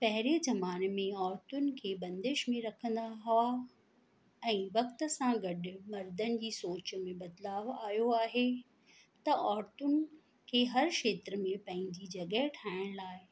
पहिरें ज़माने में औरतुनि खे बंदिश में रखंदा हुआ ऐं वक़्ति सां गॾु मर्दनि जी सोच में बदलाव आयो आहे त औरतुनि के हर क्षेत्र में पंहिंजी जॻहि ठाहिण लाइ